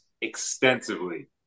extensively